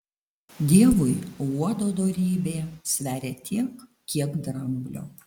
dievui uodo dorybė sveria tiek kiek dramblio